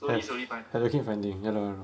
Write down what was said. yes I will keep finding I know I know